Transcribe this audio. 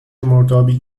مردابی